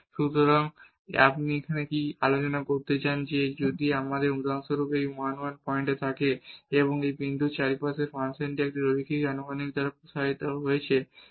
সুতরাং আপনি এখানে কি আলোচনা করতে চান যে যদি আমাদের উদাহরণস্বরূপ এই 1 1 পয়েন্ট থাকে এবং আমরা এই বিন্দুর চারপাশে এই ফাংশনটি একটি রৈখিক আনুমানিক দ্বারা প্রসারিত করছি